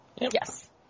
Yes